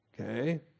Okay